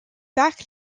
back